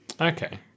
Okay